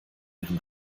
ihren